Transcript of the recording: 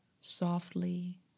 softly